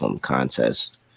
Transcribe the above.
contest